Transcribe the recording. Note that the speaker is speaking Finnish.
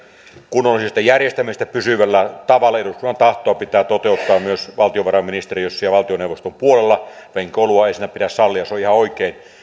kunnollisesta järjestämisestä pysyvällä tavalla eduskunnan tahtoa pitää toteuttaa myös valtiovarainministeriössä ja valtioneuvoston puolella venkoilua ei siinä pidä sallia se on ihan oikein